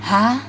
ha